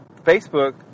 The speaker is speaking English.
Facebook